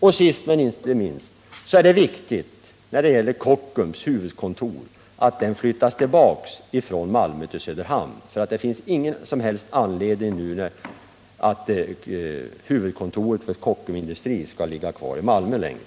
Och sist men inte minst är det viktigt att Kockums huvudkontor flyttas tillbaka från Malmö till Söderhamn, för det finns ingen som helst anledning att huvudkontoret för Kockums Industri AB skall ligga kvar i Malmö längre.